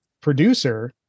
producer